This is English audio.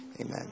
Amen